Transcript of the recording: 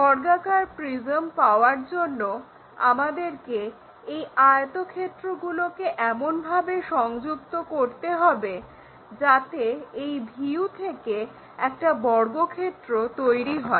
বর্গাকার প্রিজম পাওয়ার জন্য আমাদেরকে এই আয়তক্ষেত্রগুলোকে এমন ভাবে সংযুক্ত করতে হবে যাতে এই ভিউ থেকে একটা বর্গক্ষেত্র তৈরি হয়